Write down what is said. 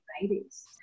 babies